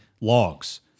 logs